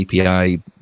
API